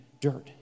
dirt